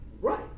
Right